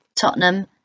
Tottenham